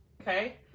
okay